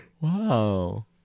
Wow